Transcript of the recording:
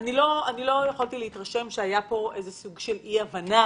לא יכולתי להתרשם שהיה פה איזה סוג של אי הבנה